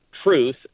Truth